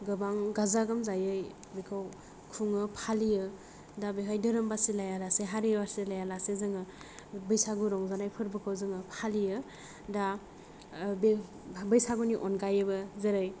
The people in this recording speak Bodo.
गोबां गाजा गोमजायै खौ खुङो फालियो दा बेहाय धोरोम बासिलाया लासे हारि बासि लाया लासे जोङो बैसागु रंजानाय फोरबोखौ जोङो फालियो दा बे बैसागुनि अनगायैबो जेरै